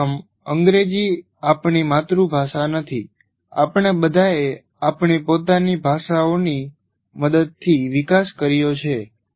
સૌ પ્રથમ અંગ્રેજી આપણી માતૃભાષા નથી આપણે બધાએ આપણી પોતાની ભાષાઓની મદદથી વિકાસ કર્યો છે